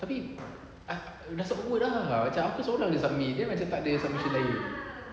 tapi macam awkward ah macam aku sorang submit then macam tak ada submission lain